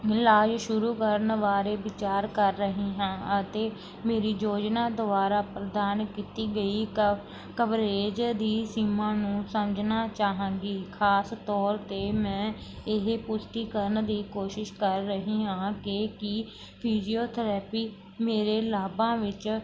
ਇਲਾਜ ਸ਼ੁਰੂ ਕਰਨ ਬਾਰੇ ਵਿਚਾਰ ਕਰ ਰਹੀ ਹਾਂ ਅਤੇ ਮੇਰੀ ਯੋਜਨਾ ਦੁਆਰਾ ਪ੍ਰਦਾਨ ਕੀਤੀ ਗਈ ਕਵ ਕਵਰੇਜ ਦੀ ਸੀਮਾ ਨੂੰ ਸਮਝਣਾ ਚਾਹਾਂਗੀ ਖਾਸ ਤੌਰ 'ਤੇ ਮੈਂ ਇਹ ਪੁਸ਼ਟੀਕਰਨ ਦੀ ਕੋਸ਼ਿਸ਼ ਕਰ ਰਹੀ ਹਾਂ ਕਿ ਕੀ ਫਿਜੀਓਥਰੇਪੀ ਮੇਰੇ ਲਾਭਾਂ ਵਿੱਚ